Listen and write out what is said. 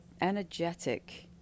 energetic